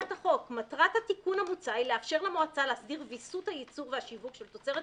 את --- בדקת באירופה למה התמיכות הישירות לא עובדות?